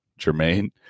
Jermaine